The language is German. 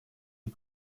die